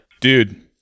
Dude